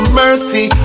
mercy